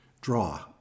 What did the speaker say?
draw